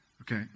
Okay